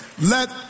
Let